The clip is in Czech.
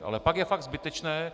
Ale pak je fakt zbytečné...